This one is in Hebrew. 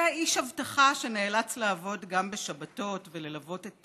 ואיש אבטחה שנאלץ לעבוד גם בשבתות וללוות את